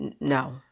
no